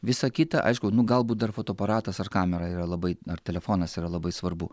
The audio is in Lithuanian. visa kita aišku nu galbūt dar fotoaparatas ar kamera yra labai ar telefonas yra labai svarbu